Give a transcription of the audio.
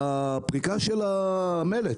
בפריקה של המלט